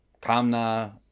Kamna